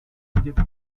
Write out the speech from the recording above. vidět